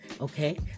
okay